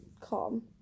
calm